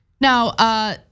Now